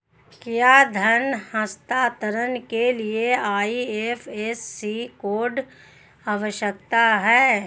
क्या धन हस्तांतरण के लिए आई.एफ.एस.सी कोड आवश्यक है?